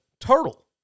turtle